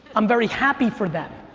i'm very happy for them.